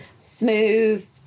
smooth